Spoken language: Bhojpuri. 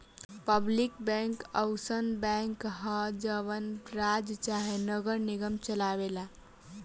पब्लिक बैंक अउसन बैंक ह जवन राज्य चाहे नगर निगम चलाए ला